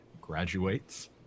graduates